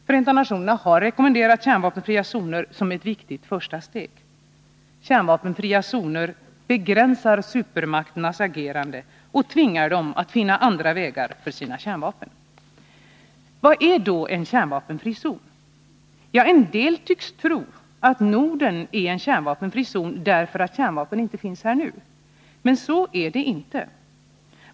Förenta nationerna har rekommenderat kärnvapenfria zoner som ett viktigt första steg. Kärnvapenfria zoner begränsar supermakternas agerande och tvingar dem att finna andra vägar för sina kärnvapen. Vad är då en kärnvapenfri zon? En del tycks tro att Norden är en kärnvapenfri zon därför att kärnvapen inte finns här nu. Men så är det inte.